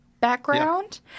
background